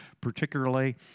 particularly